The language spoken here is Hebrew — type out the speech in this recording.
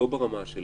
לא ברמה של